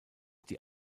die